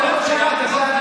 עוד לא שמעת את הכול.